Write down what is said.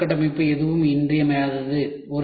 சிறப்பு உள்கட்டமைப்பு எதுவும் இன்றியமையாதது